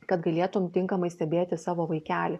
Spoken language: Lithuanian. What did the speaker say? kad galėtum tinkamai stebėti savo vaikelį